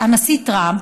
הנשיא טראמפ: